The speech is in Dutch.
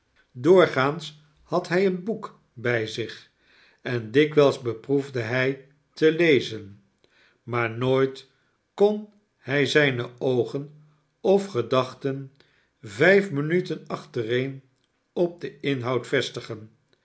doorgaans had hij een boek bij zich en dikwijls beproefde hij te lezen maar nooit kon hij zijne oogen of gedachten vijf minuten achtereen op den inhoud vestigen